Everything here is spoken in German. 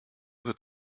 wird